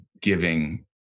giving